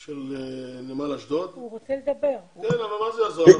יש שלושה מינויים של אנשים שכולנו יודעים לומר את השמות שלהם,